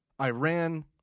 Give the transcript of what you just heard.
Iran